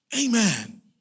Amen